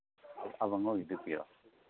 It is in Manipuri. ꯊꯝꯕꯥꯉꯧꯒꯤꯗꯨ ꯄꯤꯌꯣ